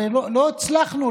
הרי לא הצלחנו,